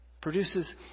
Produces